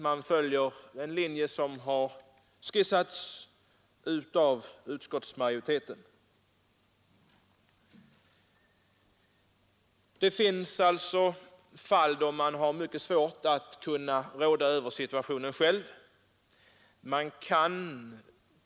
Man följer i stället en linje som har skisserats — 1 mars 1973 Det finns alltså fall där man har mycket svårt att själv råda över Överlastavgift situationen.